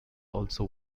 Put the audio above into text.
also